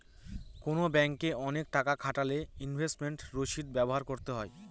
কোনো ব্যাঙ্কে অনেক টাকা খাটালে ইনভেস্টমেন্ট রসিদ ব্যবহার করতে হয়